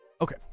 okay